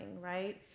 right